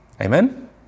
Amen